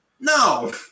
No